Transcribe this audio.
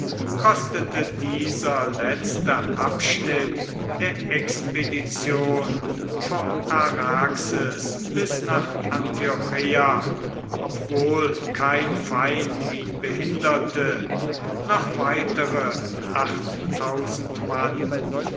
kostete dieser letzte abschnitt der expedition vom araxes bis nach antiocheia obwohl kein feind ihn behinderte noch weitere mann